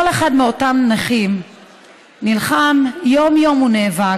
כל אחד מאותם נכים נלחם יום-יום ונאבק